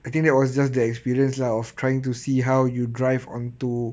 I think that was just the experience of trying to see how you drive onto